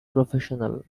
professional